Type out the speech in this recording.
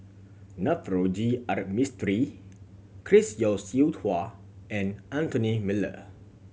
Navroji R Mistri Chris Yeo Siew Hua and Anthony Miller